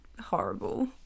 horrible